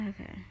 Okay